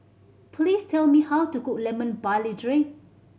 please tell me how to cook Lemon Barley Drink